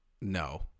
No